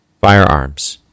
firearms